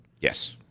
Yes